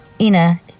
Ina